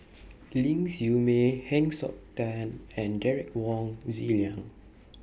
Ling Siew May Heng Siok Tian and Derek Wong Zi Liang